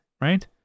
right